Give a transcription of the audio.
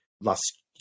last